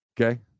okay